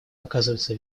оказываются